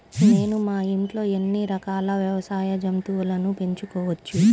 నేను మా ఇంట్లో ఎన్ని రకాల వ్యవసాయ జంతువులను పెంచుకోవచ్చు?